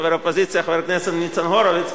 חבר האופוזיציה חבר הכנסת ניצן הורוביץ,